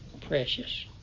precious